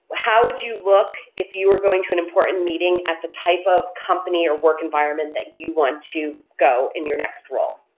how would you look if you were going to an important meeting at the type of company or work environment that you want to go in your next role,